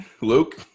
Luke